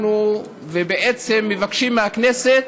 בעצם מבקשים מהכנסת